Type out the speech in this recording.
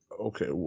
Okay